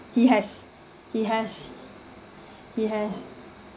he has he has he has